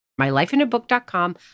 mylifeinabook.com